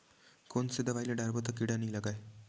कोन से दवाई ल डारबो त कीड़ा नहीं लगय?